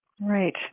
Right